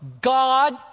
God